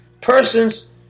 persons